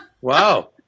Wow